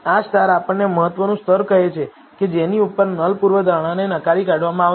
આ સ્ટાર આપણને મહત્વનું સ્તર કહે છે કે જેની ઉપર નલઉપર પૂર્વધારણાને નકારી કાઢવામાં આવશે